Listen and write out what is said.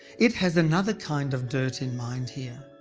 it has another kind of dirt in mind here.